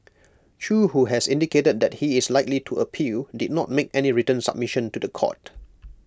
chew who has indicated that he is likely to appeal did not make any written submission to The Court